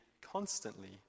constantly